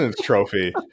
trophy